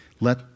Let